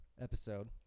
episode